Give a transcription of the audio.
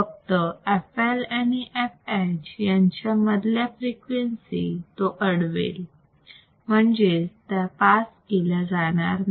फक्त FLआणि fH च्या मधल्या फ्रिक्वेन्सी तो अडवेल म्हणजेच त्या पास केल्या जाणार नाही